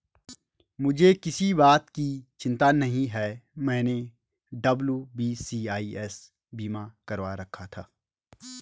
मुझे किसी बात की चिंता नहीं है, मैंने डब्ल्यू.बी.सी.आई.एस बीमा करवा रखा था